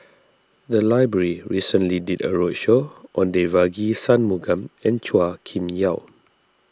the library recently did a roadshow on Devagi Sanmugam and Chua Kim Yeow